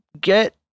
get